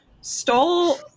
stole